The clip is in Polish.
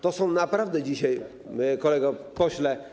To są naprawdę dzisiaj, kolego pośle.